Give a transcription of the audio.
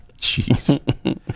Jeez